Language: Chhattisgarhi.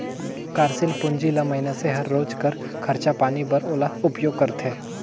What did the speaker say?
कारसील पूंजी ल मइनसे हर रोज कर खरचा पानी बर ओला उपयोग करथे